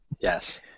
Yes